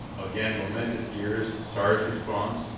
again momentous years sars response,